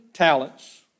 talents